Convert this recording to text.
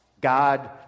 God